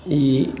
ई